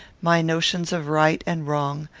my notions of right and wrong,